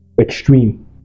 extreme